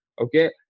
okay